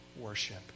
worship